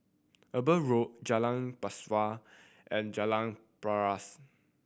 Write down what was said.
Eber Road Jalan Pesawat and Jalan Paras